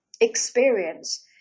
experience